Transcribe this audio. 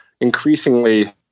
increasingly